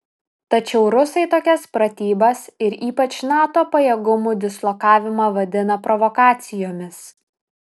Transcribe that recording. tačiau rusai tokias pratybas ir ypač nato pajėgumų dislokavimą vadina provokacijomis